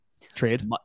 trade